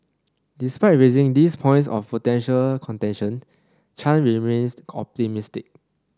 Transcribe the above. despite raising these points of potential contention Chan remains optimistic